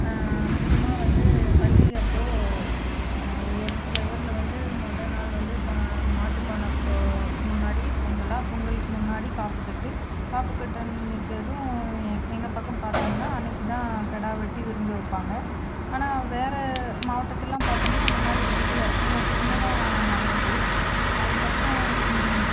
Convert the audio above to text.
முக்கியமாக வந்து பண்டிகையப்போ ஒரு சில ஊரில் வந்து முத நாள் வந்து மட்டுப்பானை இப்போ முன்னாடி பொங்கலா பொங்கலுக்கு முன்னாடி காப்பு கட்டு காப்பு கட்டு அன்னைக்கு அதுவும் எ எங்கள் பக்கம் பார்த்தாங்கனா அன்னைக்கு தான் கிடா வெட்டி விருந்து வைப்பாங்க ஆனால் வேறு மாவட்டத்துலலாம் பார்த்தோம்னா அந்த மாதிரி இல்லை அது இங்கே தான் நடக்குது அதுக்கப்புறோம்